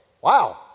Wow